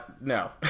no